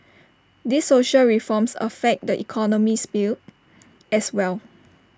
these social reforms affect the economic sphere as well